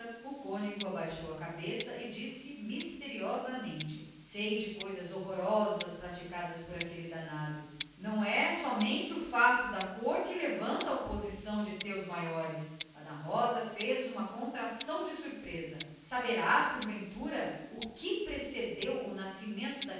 dúvida cônego abaixou a cabeça e disse misteriosamente sei de coisas horrorosas praticadas por aquele esconjurado não é somente o fato de cor o que levanta a oposição do teu pai ana rosa fez um gesto de surpresa saberás porventura o que precedeu ao nascimento daquele